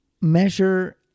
measure